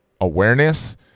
awareness